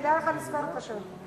כדאי לך לזכור את השם.